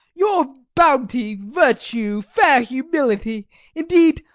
your bounty, virtue, fair humility indeed,